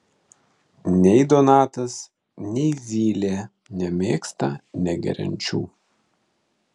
nei donatas nei zylė nemėgsta negeriančių